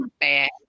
bad